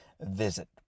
visit